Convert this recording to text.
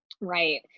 Right